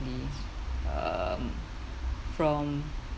um from